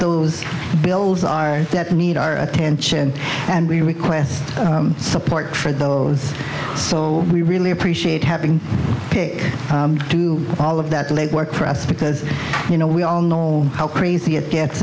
those bills are that need our attention and we request support for those so we really appreciate having pick all of that legwork for us because you know we all know how crazy it gets